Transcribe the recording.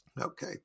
Okay